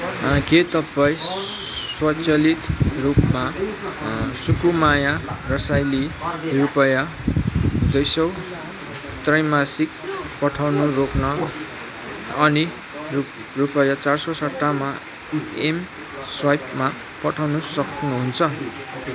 के तपाईँ स्वचालित रूपमा सुकुमाया रसाइली रुपियाँ दुई सय त्रैमासिक पठाउनु रोक्न अनि रु रुपियाँ चार सय सट्टामा एम स्वाइपमा पठाउनु सक्नुहुन्छ